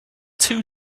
two